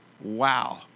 Wow